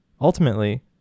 Ultimately